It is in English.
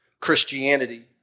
Christianity